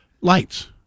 Lights